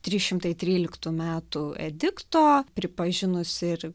trys šimtai tryliktų metų edikto pripažinus ir